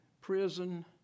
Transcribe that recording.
prison